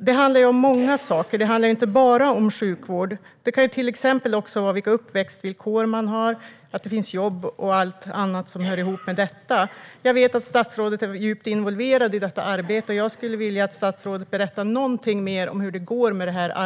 Det handlar om många saker, inte bara sjukvård. Det kan till exempel också vara vilka uppväxtvillkor man har, att det finns jobb och allt annat som hör ihop med detta. Jag vet att statsrådet är djupt involverad i detta arbete, och jag skulle vilja att statsrådet berättar något mer om hur det går.